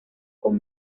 con